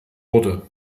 wurde